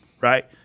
Right